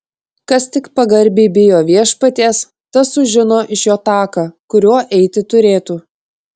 kas tik pagarbiai bijo viešpaties tas sužino iš jo taką kuriuo eiti turėtų